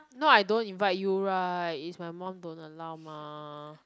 not I don't invite you right it's my mom don't allow mah